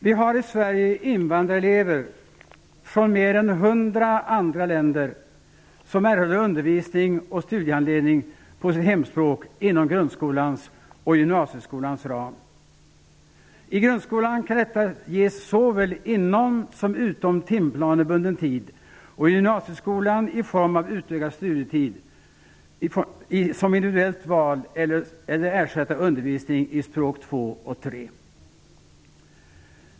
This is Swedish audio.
Vi har i Sverige invandrarelever från mer än hundra andra länder, som erhåller undervisning och studiehandledning på sitt hemspråk inom grundskolans och gymnasieskolans ram. I grundskolan kan detta ges såväl inom som utom timplanebunden tid och i gymnasieskolan i form av utökad studietid, som individuellt val eller som ersättning för undervisning i språk 2 och 3.